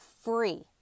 free